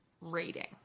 rating